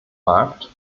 markt